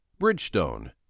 Bridgestone